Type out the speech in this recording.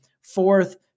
fourth